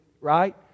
right